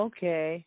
Okay